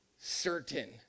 certain